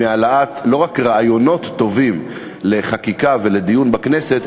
לא רק בהעלאת רעיונות טובים לחקיקה ולדיון בכנסת,